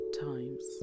times